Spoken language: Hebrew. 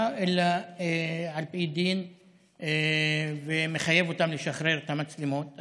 אלא על פי דין שמחייב אותם לשחרר את המצלמות.